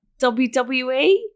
WWE